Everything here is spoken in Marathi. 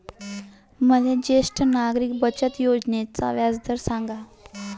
मले ज्येष्ठ नागरिक बचत योजनेचा व्याजदर सांगा